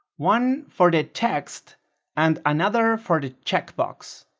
one for the text and another for the checkbox.